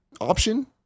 option